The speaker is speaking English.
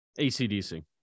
ACDC